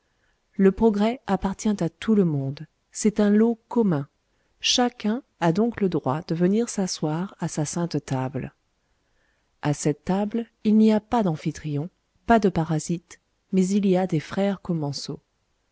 le progrès appartient à tout le monde c'est un lot commun chacun a donc le droit de venir s'asseoir à sa sainte table a cette table il n'y a pas d'amphitryon pas de parasite mais il y a des frères